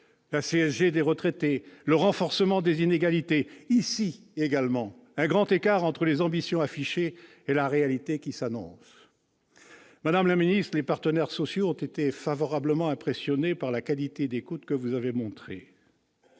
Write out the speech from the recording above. la CSG pour les retraités, renforcement des inégalités ... Ici également, on constate un grand écart entre les ambitions affichées et la réalité qui s'annonce. Madame la ministre, les partenaires sociaux ont été favorablement impressionnés par la qualité d'écoute que vous avez montrée.